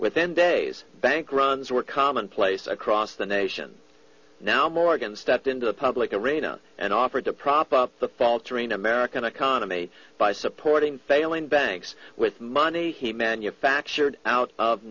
within days bank runs were commonplace across the nation now morgan stepped into the public arena and offered to prop up the faltering american economy by supporting failing banks with money he manufactured out of